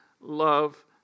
love